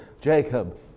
Jacob